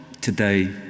today